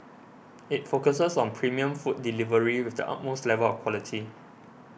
it focuses on premium food delivery with the utmost level of quality